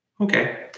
okay